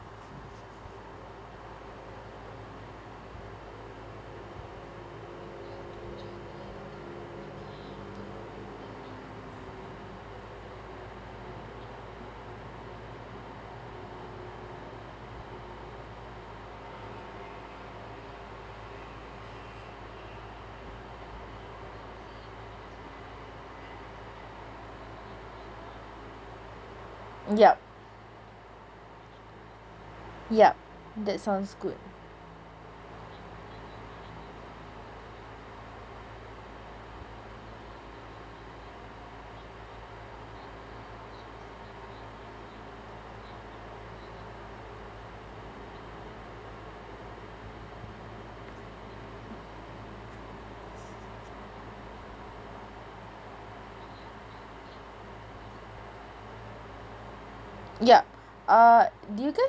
yup yup that sounds good yup uh do you guys